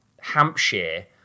Hampshire